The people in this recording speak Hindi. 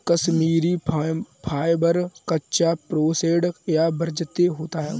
कश्मीरी फाइबर, कच्चा, प्रोसेस्ड या वर्जिन होता है